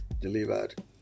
delivered